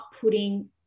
putting